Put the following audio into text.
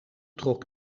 trok